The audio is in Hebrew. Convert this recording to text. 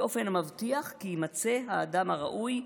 באופן המבטיח כי יימצא האדם הראוי,